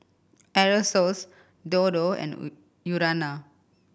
Aerosoles Dodo and Urana